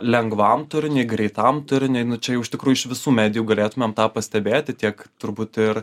lengvam turiniui greitam turiniui čia jau iš tikrųjų iš visų medijų galėtumėm tą pastebėti tiek turbūt ir